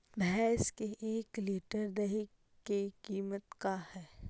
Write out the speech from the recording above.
भैंस के एक लीटर दही के कीमत का है?